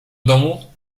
domu